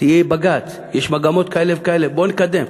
יהיה בג"ץ, יש מגמות כאלה וכאלה, בוא נקדם,